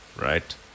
Right